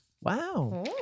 Wow